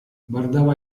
guardava